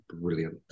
brilliant